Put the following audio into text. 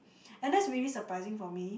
and that's really surprising for me